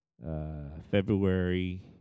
February